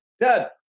dad